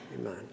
Amen